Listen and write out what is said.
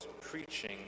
preaching